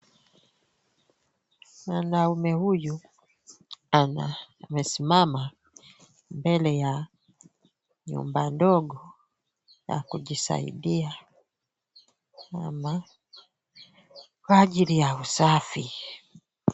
Mwanaume huyu amesimama mbele ya nyumba ndogo na kujisaidia ama kwa ajili ya usafi.